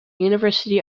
university